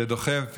שדוחף,